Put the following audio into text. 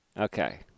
Okay